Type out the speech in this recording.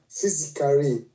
physically